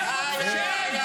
--- בעזה --- בעזה תדבר ככה.